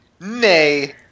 nay